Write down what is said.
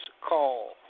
call